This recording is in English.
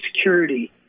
security